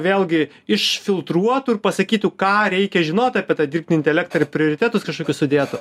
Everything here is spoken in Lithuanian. vėlgi išfiltruotų ir pasakytų ką reikia žinot apie dirbtinį intelektą ir prioritetus kažkokius sudėtų